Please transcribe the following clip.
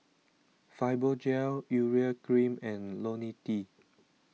Fibogel Urea Cream and Lonil T